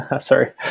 sorry